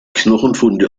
knochenfunde